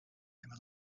him